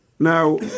Now